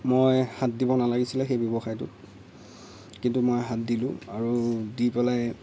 মই হাত দিব নালাগিছিলে সেই ব্যৱসায়টোত কিন্তু মই হাত দিলোঁ আৰু দি পেলাই